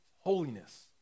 holiness